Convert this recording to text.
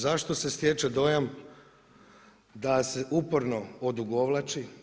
Zašto se stječe dojam da se uporno odugovlači?